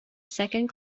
second